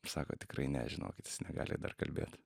sako tikrai ne žinokit jis negali dar kalbėt